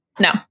No